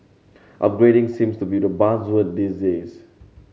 upgrading seems to be the buzzword disease